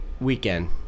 Weekend